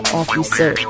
officer